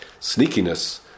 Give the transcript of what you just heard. sneakiness